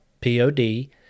P-O-D